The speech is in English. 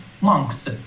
monks